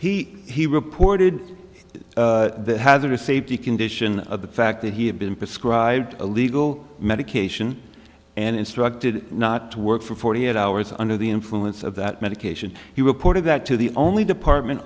he he reported it has received the condition of the fact that he had been prescribed illegal medication and instructed not to work for forty eight hours under the influence of that medication he reported that to the only department